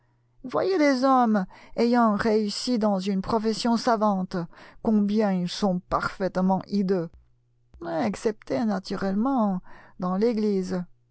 voyez les hommes ayant réussi dans une profession savante combien ils sont parfaitement hideux excepté naturellement dans l'eglise